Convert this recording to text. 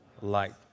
light